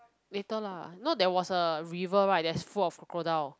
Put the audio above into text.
later lah you know there was a river right that's full of crocodile